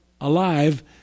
alive